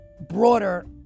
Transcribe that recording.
broader